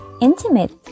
intimate